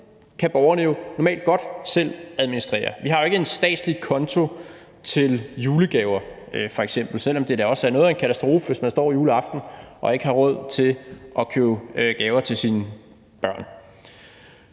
kan borgerne jo normalt godt selv administrere. Vi har jo ikke en statslig konto til julegaver f.eks., selv om det da også er noget af en katastrofe, hvis man står juleaften og ikke har råd til at købe gaver til sine børn.